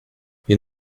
you